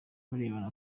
barebana